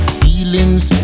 feelings